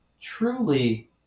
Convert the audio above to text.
truly